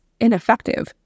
ineffective